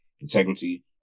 integrity